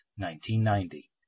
1990